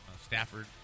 Stafford